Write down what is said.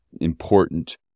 important